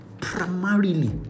primarily